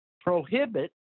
prohibit